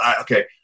okay